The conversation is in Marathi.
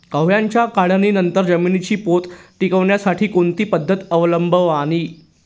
गव्हाच्या काढणीनंतर जमिनीचा पोत टिकवण्यासाठी कोणती पद्धत अवलंबवावी?